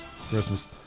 Christmas